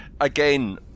Again